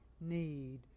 need